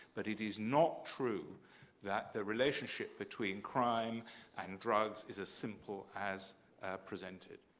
but it is not true that the relationship between crime and drugs is as simple as presented.